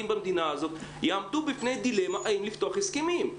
במדינה הזאת יעמדו בפני דילמה האם לפתוח הסכמים.